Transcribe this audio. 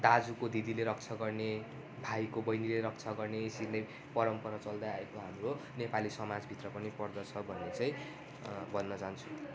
दाजुको दिदीले रक्षा गर्ने भाइको बहिनीले रक्षा गर्ने यसरी नै परम्परा चल्दै आएको हाम्रो नेपाली समाजभित्र पनि पर्दछ भन्ने चाहिँ भन्न चाहन्छु